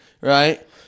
right